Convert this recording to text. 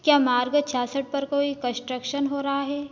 क्या मार्ग छियासठ पर कोई कस्ट्रक्शन हो रहा है